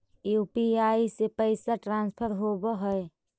UPI से पैसा transfer होवहै?